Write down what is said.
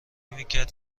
میکرد